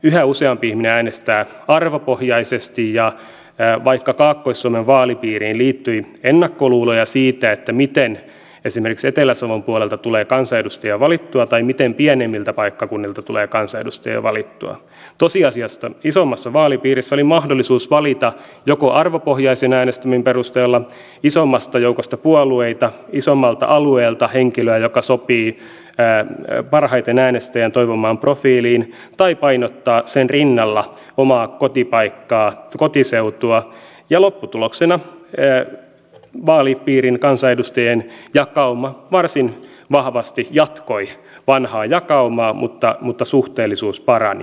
yhä useampi ihminen äänestää arvopohjaisesti ja vaikka kaakkois suomen vaalipiiriin liittyi ennakkoluuloja siitä miten esimerkiksi etelä savon puolelta tulee kansanedustajia valittua tai miten pienemmiltä paikkakunnilta tulee kansanedustajia valittua tosiasiassa isommassa vaalipiirissä oli mahdollisuus valita joko arvopohjaisen äänestämisen perusteella isommasta joukosta puolueita isommalta alueelta henkilöä joka sopii parhaiten äänestäjän toivomaan profiiliin tai painottaa sen rinnalla omaa kotipaikkaa kotiseutua ja lopputuloksena vaalipiirin kansanedustajien jakauma varsin vahvasti jatkoi vanhaa jakaumaa mutta suhteellisuus parani